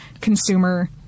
consumer